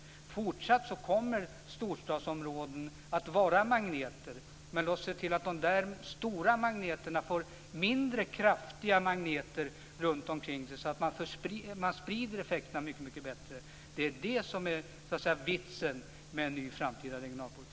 Storstadsområden kommer fortsatt att vara magneter. Men låt oss se till att de stora magneterna får mindre kraftiga magneter omkring sig så att man sprider effekterna mycket bättre. Det är vitsen med en ny framtida regionalpolitik.